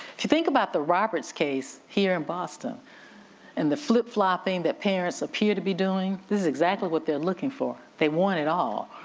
if you think about the roberts case here in boston and the flip-flopping that parents appear to be doing, this is exactly what they're looking for, they want it all.